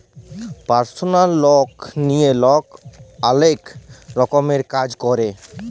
পারসলাল লল লিঁয়ে লক অলেক রকমের কাজ ক্যরে